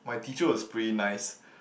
my teacher was pretty nice